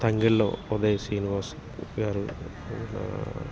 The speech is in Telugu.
తంగెళ్ళ ఉదయ్ శ్రీనివాస్ గారు